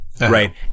Right